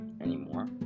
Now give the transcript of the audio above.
anymore